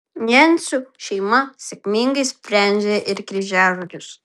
jencių šeima sėkmingai sprendžia ir kryžiažodžius